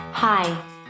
Hi